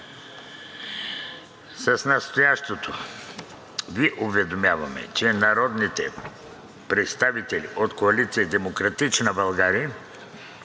„С настоящото Ви уведомяваме, че народните представили от Коалиция „Демократична България“